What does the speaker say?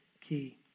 key